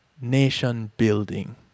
nation-building